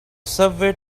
subway